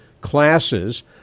classes